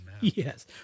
Yes